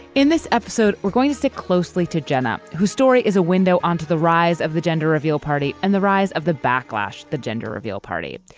in this episode we're going to stick closely to jenna whose story is a window onto the rise of the gender reveal party and the rise of the backlash the gender reveal party.